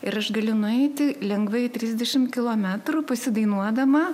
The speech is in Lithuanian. ir aš galiu nueiti lengvai trisdešimt kilometrų pasidainuodama